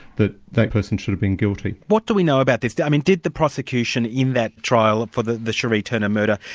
that that person should have been guilty. what do we know about this? i mean did the prosecution in that trial for the the shirree turner murder,